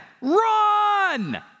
run